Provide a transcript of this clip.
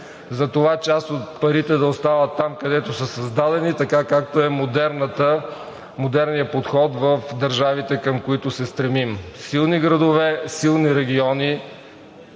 за това част от парите да остават там, където са създадени, както е модерният подход в държавите, към които се стремим – силни градове, силни региони,